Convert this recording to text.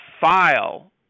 file